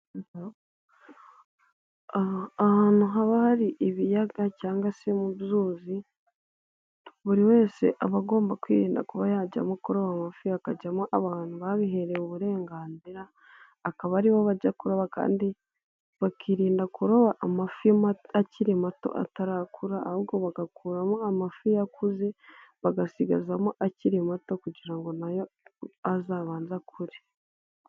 Ahantu haba hari ibiyaga cyangwa se ibyuzi, buri wese aba agomba kwirinda kuba yajyamo kuroba amafi hakajyamo abantu babiherewe uburenganzira, akaba aribo bajya kuroba kandi bakirinda kuroba amafi akiri mato atarakura ahubwo bagakuramo amafi yakuze bagasigazamo akiri mato kugira ngo nayo azabanze akure.